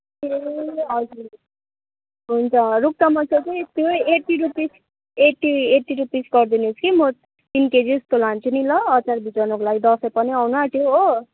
ए हजुर हुन्छ रुख टमाटर चाहिँ त्यही eighty rupees eighty eighty rupees गरिदिनुहोस् कि म तिन केजी जस्तो लान्छु नि ल अचार भिजाउनुको लागि दसैँ पनि आउनु आँट्यो हो